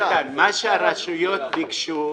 מה שהרשויות ביקשו,